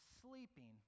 sleeping